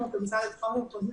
אנחנו במשרד לביטחון הפנים חושבים